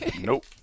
Nope